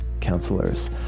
counselors